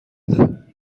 بده